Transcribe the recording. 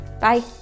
Bye